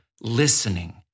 listening